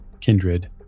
kindred